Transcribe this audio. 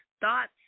Thoughts